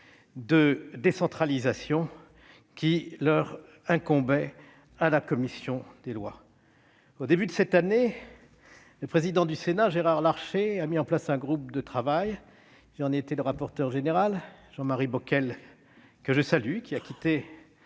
de décentralisation, qui leur incombait au sein de la commission des lois. Au début de cette année, le président du Sénat, Gérard Larcher, a réuni un groupe de travail. J'en étais le rapporteur général ; Jean-Marie Bockel, que je salue- il a quitté